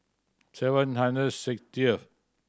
seven hundred sixtieth